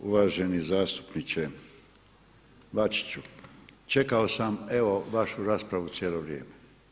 Uvaženi zastupniče Bačiću, čekao sam evo vašu raspravu cijelo vrijeme.